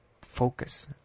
focus